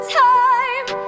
time